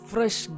Fresh